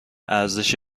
ارزش